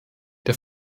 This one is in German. der